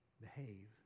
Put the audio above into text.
behave